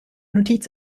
notiz